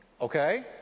Okay